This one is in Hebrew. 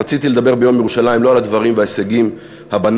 רציתי לדבר ביום ירושלים לא על הדברים וההישגים הבנאליים,